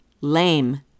lame